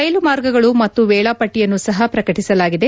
ರೈಲು ಮಾರ್ಗಗಳು ಮತ್ತು ವೇಳಾಪಟ್ಟಿಯನ್ನು ಸಹ ಪ್ರಕಟಸಲಾಗಿದೆ